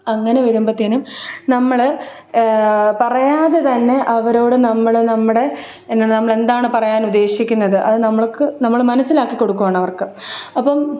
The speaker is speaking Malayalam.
അങ്ങനെ വരുമ്പോഴത്തേക്കും നമ്മൾ പറയാതെ തന്നെ അവരോട് നമ്മൾ നമ്മുടെ ഇനി നമ്മളെന്താണ് പറയാനുദ്ദേശിക്കുന്നത് അത് നമ്മൾക്ക് നമ്മൾ മനസ്സിലാക്കികൊടുക്കുകയാണ് അവർക്ക് അപ്പം